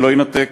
שלא יינתק,